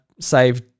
save